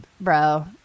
bro